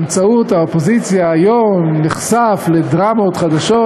באמצעות האופוזיציה, נחשף היום לדרמות חדשות,